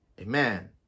Amen